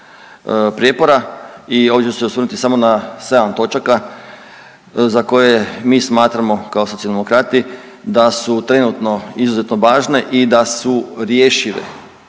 prijepora i ovdje ću se osvrnuti samo na 7 točaka za koje mi smatramo kao Socijaldemokrati da su trenutno izuzetno važne i da su rješive,